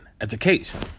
Education